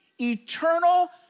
eternal